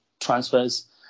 transfers